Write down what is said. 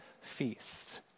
feast